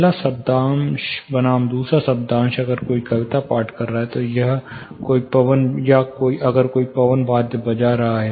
पहला शब्दांश बनाम दूसरा शब्दांश अगर कोई कविता पाठ कर रहा है या अगर कोई पवन वाद्य बजा रहा है